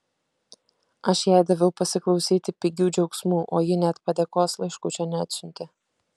aš jai daviau pasiklausyti pigių džiaugsmų o ji net padėkos laiškučio neatsiuntė